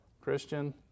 Christian